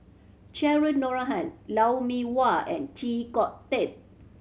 Cheryl Noronha Lou Mee Wah and Chee Kong Tet